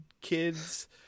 kids